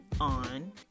on